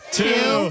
two